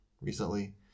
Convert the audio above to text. recently